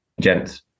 gents